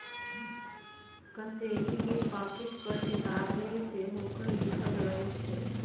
कसेली के पाकिट पर चेतावनी सेहो लिखल रहइ छै